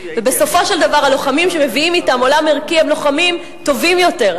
בסופו של דבר הלוחמים שמביאים אתם עולם ערכי הם לוחמים טובים יותר,